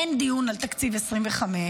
אין דיון על תקציב 2025,